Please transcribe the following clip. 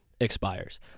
expires